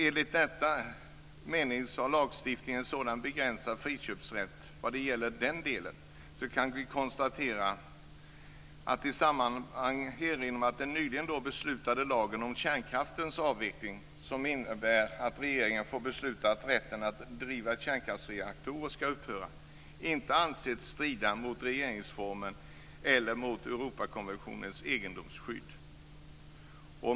Enligt lagstiftningens begränsade friköpsrätt vad gäller den delen kan vi konstatera, och i sammanhanget erinra om, att den nyligen beslutade lagen om kärnkraftens avveckling, som innebär att regeringen får besluta att rätten att driva kärnkraftsreaktorer skall upphöra, inte ansetts strida mot regeringsformen eller mot Europakonventionens egendomsskydd.